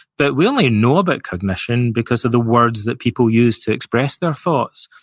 but we only know about cognition because of the words that people use to express their thoughts.